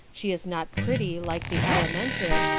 she is not pretty like the alimentive,